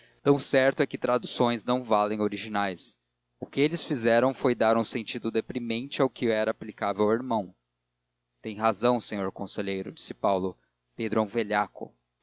tão certo é que traduções não valem originais o que eles fizeram foi dar um sentido deprimente ao que era aplicável ao irmão tem razão sr conselheiro disse paulo pedro